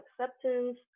acceptance